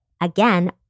again